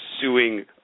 suing